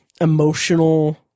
emotional